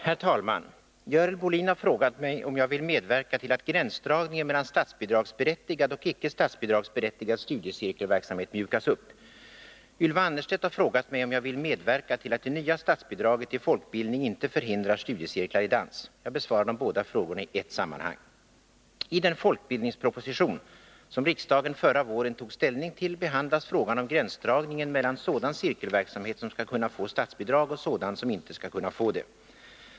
Herr talman! Görel Bohlin har frågat mig om jag vill medverka till att gränsdragningen mellan statsbidragsberättigad och icke statsbidragsberättigad studiecirkelverksamhet mjukas upp. Ylva Annerstedt har frågat mig om jag vill medverka till att det nya statsbidraget till folkbildningen inte förhindrar studiecirklar i dans. Jag besvarar de båda frågorna i ett sammanhang. I den folkbildningsproposition som riksdagen förra våren tog ställning till behandlas frågan om gränsdragningen mellan sådan cirkelverksamhet som skall kunna få statsbidrag och sådan som inte skall kunna få det.